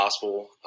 possible